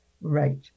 Right